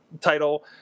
title